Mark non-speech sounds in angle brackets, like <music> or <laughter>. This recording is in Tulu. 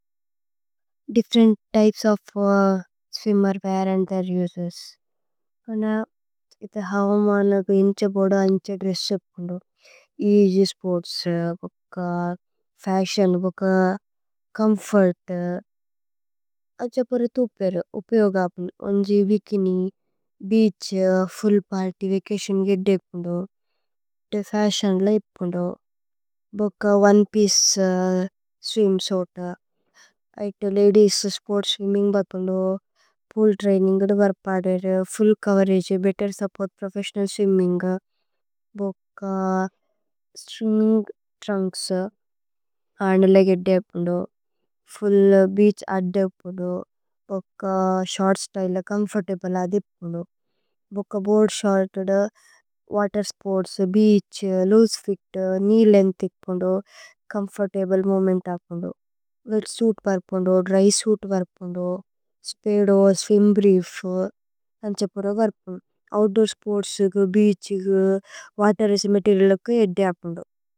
Different types of <hesitation> swimwear and their. Uses പോന്ന ഇഥേ ഹവമാനഗു ഇന്ഛേ ബോദു അന്ഛേ ദ്രേസ്സ്। ഉപ്പോന്ദോ ഏഅസ്യ് സ്പോര്ത്സ് വുക്ക ഫശിഓന് വുക്ക ചോമ്ഫോര്ത്। അന്ഛേ പോരി ഥുപ്പേരു ഉപ്പിയോഗ ഉപ്പോന്ദോ ഉന്ജി ബികിനി। ബേഅഛ് ഫുല്ല് പര്ത്യ് വചതിഓന് വിദ്ദേ ഉപ്പോന്ദോ ഇഥേ। ഫശിഓന് ല ഇപ്പോന്ദോ വുക്ക ഓനേ പിഏചേ। <hesitation> സ്വിമ്സുഇത് ഇഥേ ലദിഏസ് സ്പോര്ത്സ് സ്വിമ്മിന്ഗ് ബപ്പോന്ദോ। പൂല് ത്രൈനിന്ഗ് ഫുല്ല് ചോവേരഗേ better support. Professional swimming <hesitation> വുക്ക swimming. Trunks handle legged ഉപ്പോന്ദോ ഫുല്ല് ബേഅഛ് അദ്ദേ। ഉപ്പോന്ദോ വുക്ക ശോര്ത് സ്ത്യ്ലേ ചോമ്ഫോര്തബ്ലേ അദ്ദി ഉപ്പോന്ദോ। വുക്ക board short water sports, beach, loose fit. Knee length ഉപ്പോന്ദോ ഛോമ്ഫോര്തബ്ലേ മോവേമേന്ത് ഉപ്പോന്ദോ। വേത്സുഇത് വര്പ്പോന്ദോ ദ്ര്യ് സുഇത് വര്പ്പോന്ദോ സ്പീദോ സ്വിമ്। ബ്രിഏഫ് അന്ഛേ പോരോ വര്പ്പോന്ദോ outdoor sports. Beach water race material ഉപ്പോന്ദോ।